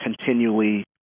continually